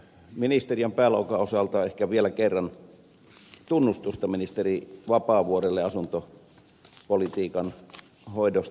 ympäristöministeriön pääluokan osalta ehkä vielä kerran tunnustusta ministeri vapaavuorelle asuntopolitiikan hoidosta